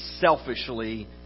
selfishly